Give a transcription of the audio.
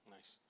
Nice